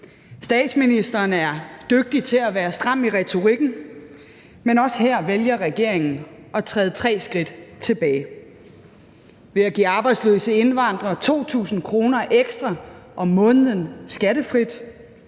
Statsministeren er dygtig til at være stram i retorikken, men også her vælger regeringen at træde tre skridt tilbage ved at give arbejdsløse indvandrere 2.000 kr. ekstra om måneden skattefrit.